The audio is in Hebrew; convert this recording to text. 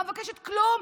אני לא מבקשת כלום,